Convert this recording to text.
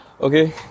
okay